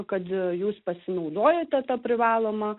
kad jūs pasinaudojote ta privaloma